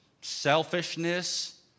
selfishness